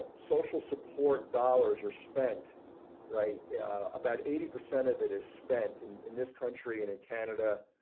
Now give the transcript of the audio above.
ah social support dollars are spent right about eighty percent of it is spent in in this country and in canada.